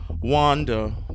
Wanda